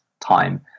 time